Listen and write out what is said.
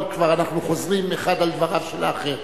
אבל אנחנו כבר חוזרים אחד על דבריו של האחר.